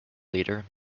leader